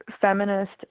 feminist